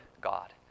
God